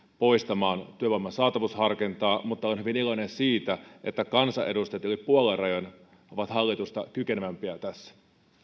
poistamaan työvoiman saatavuusharkintaa mutta olen hyvin iloinen siitä että kansanedustajat yli puoluerajojen ovat hallitusta kykenevämpiä tässä